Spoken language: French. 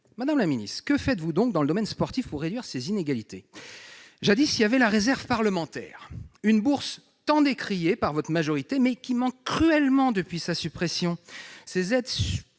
Madame la ministre, que faites-vous donc dans le domaine sportif pour réduire les inégalités ? Jadis, il y avait la réserve parlementaire, une bourse fort décriée par votre majorité, mais qui manque cruellement depuis sa suppression.